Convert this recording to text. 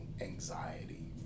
anxiety